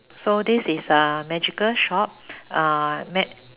so this is uh magical shop uh ma~